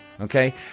okay